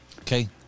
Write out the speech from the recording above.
Okay